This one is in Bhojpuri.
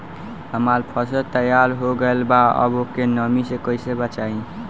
हमार फसल तैयार हो गएल बा अब ओके नमी से कइसे बचाई?